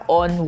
on